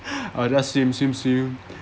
I will just swim swim swim